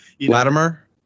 Latimer